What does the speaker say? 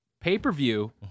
Pay-per-view